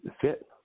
fit